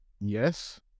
yes